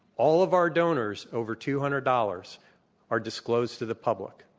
all of our donors over two hundred dollars are disclosed to the public